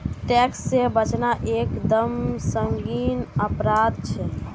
tax से बचना एक दम संगीन अपराध छे